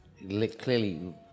clearly